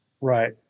Right